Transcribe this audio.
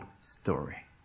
story